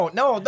no